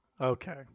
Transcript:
okay